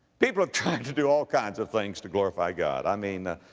people have tried to do all kinds of things to glorify god, i mean, ah,